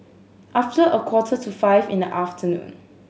after a quarter to five in the afternoon